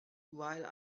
while